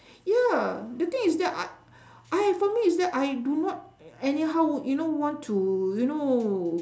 ya the thing is that I I for me is that I do not anyhow you know want to you know